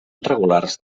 regulars